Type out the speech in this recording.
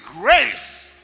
grace